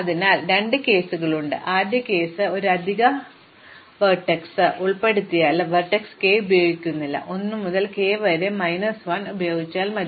അതിനാൽ രണ്ട് കേസുകളുണ്ട് ആദ്യ കേസ് ഇത് ഒരു അധിക വെർട്ടെക്സ് കേസ് ഉപയോഗപ്രദമല്ല ഏറ്റവും ചെറിയ പാത ഞാൻ k ഉൾപ്പെടുത്തിയാലും വെർട്ടെക്സ് k ഉപയോഗിക്കുന്നില്ല 1 മുതൽ k വരെ മൈനസ് 1 ഉപയോഗിച്ചാൽ മതി